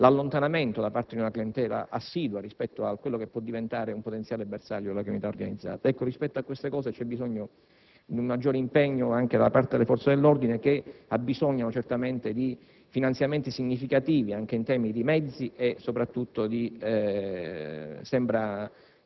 all'allontanamento di una clientela assidua da quello che può diventare un potenziale bersaglio della criminalità organizzata. Rispetto a tutto questo c'è bisogno di un maggiore impegno anche da parte delle forze dell'ordine che necessitano certamente di finanziamenti significativi anche in termini di mezzi e soprattutto di